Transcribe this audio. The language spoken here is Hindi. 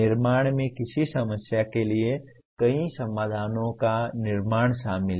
निर्माण में किसी समस्या के लिए कई समाधानों का निर्माण शामिल है